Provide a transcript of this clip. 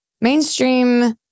mainstream